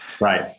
Right